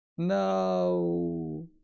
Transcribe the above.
No